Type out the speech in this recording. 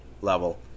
level